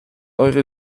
eure